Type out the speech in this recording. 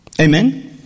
Amen